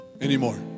anymore